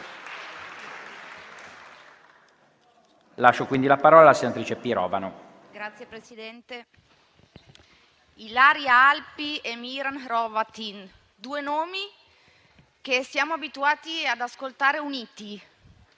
Ilaria Alpi e Miran Hrovatin: due nomi che siamo abituati ad ascoltare uniti.